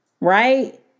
right